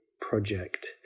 project